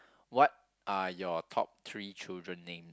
what are your top three children name